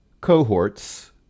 cohorts